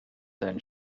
then